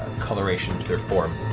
coloration to their form.